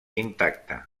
intacta